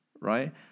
right